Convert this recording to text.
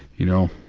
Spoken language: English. you know.